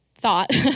thought